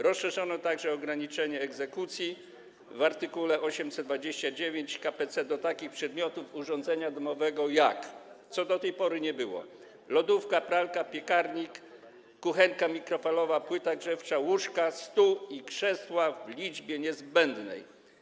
Rozszerzono także ograniczenia egzekucji w art. 829 k.p.c. do takich przedmiotów urządzenia domowego, czego do tej pory nie było, jak lodówka, pralka, piekarnik, kuchenka mikrofalowa, płyta grzewcza, łóżka, stół i krzesła w liczbie niezbędnej.